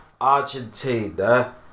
Argentina